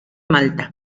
malta